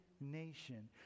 nation